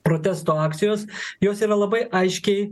protesto akcijos jos yra labai aiškiai